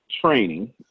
training